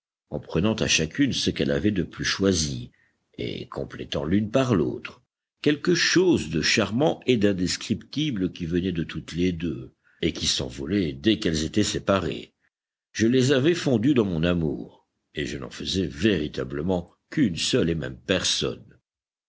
en prenant à chacune ce qu'elle avait de plus choisi et complétant l'une par l'autre quelque chose de charmant et d'indescriptible qui venait de toutes les deux et qui s'envolait dès qu'elles étaient séparées je les avais fondues dans mon amour et je n'en faisais véritablement qu'une seule et même personne